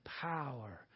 power